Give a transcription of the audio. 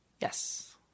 Yes